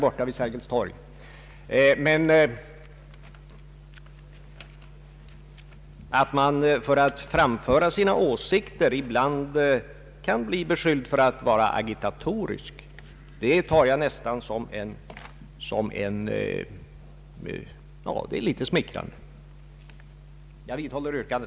Och att man, när man framför sina åsikter, ibland kan bli beskylld för att vara agitatorisk tar jag nästan som någonting smickrande. Jag vidhåller mitt yrkande.